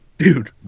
Dude